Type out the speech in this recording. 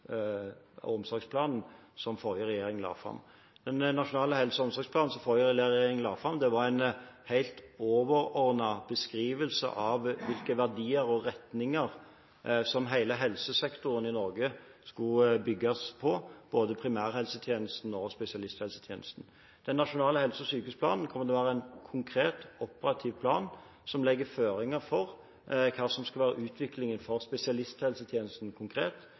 og omsorgsplan, som den forrige regjeringen la fram, var en helt overordnet beskrivelse av hvilke verdier og retninger som hele helsesektoren i Norge skulle bygges på, både primærhelsetjenesten og spesialisthelsetjenesten. Den nasjonale helse- og sykehusplanen kommer til å være en konkret og operativ plan, som legger føringer for hva som skal være utviklingen for spesialisthelsetjenesten konkret;